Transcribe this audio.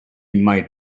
might